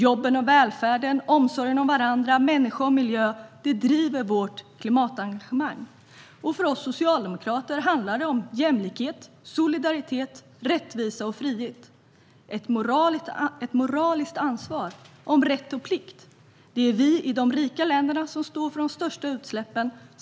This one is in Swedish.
Jobben och välfärden, omsorgen om varandra, människa och miljö - det driver vårt klimatengagemang. För oss socialdemokrater handlar det om jämlikhet, solidaritet, rättvisa och frihet. Det är ett moraliskt ansvar som handlar om rätt och plikt. Det är vi i de rika länderna som står för de största utsläppen.